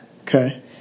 Okay